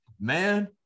man